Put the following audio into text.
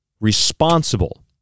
responsible